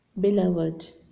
Beloved